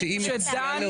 איזה פרסום?